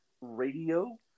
radio